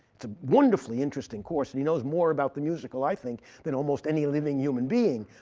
it's a wonderfully interesting course. and he knows more about the musical, i think, than almost any living human being.